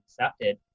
accepted